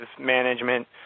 management